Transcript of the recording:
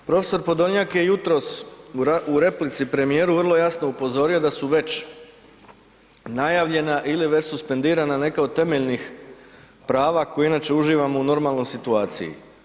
Prof. Podolnjak je jutros u replici premijeru vrlo jasno upozorio da su već najavljena ili već suspendirana neka od temeljnih prava koja inače uživamo u normalnoj situaciji.